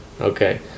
Okay